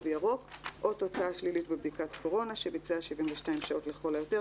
ירוק" או תוצאה שלילית בבדיקת קורונה שביצע 72 שעות לכל היותר